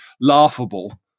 laughable